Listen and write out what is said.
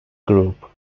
group